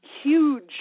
huge